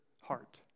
heart